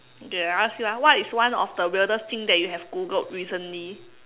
okay I ask you ah what is one of the weirdest thing that you have Googled recently